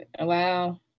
wow